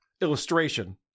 illustration